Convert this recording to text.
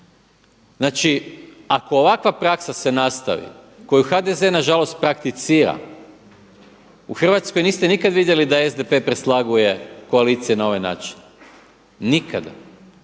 Znači ako ovakva praksa se nastavi koju HDZ nažalost prakticira. U Hrvatskoj niste nikada vidjeli da SDP preslaguje koalicije na ovaj način, nikada.